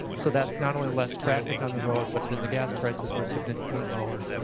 so that's not only less traffic on the road, but then the gas prices were significantly lower.